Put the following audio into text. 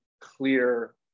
clear